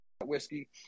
whiskey